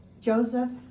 Joseph